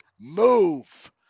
move